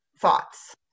Thoughts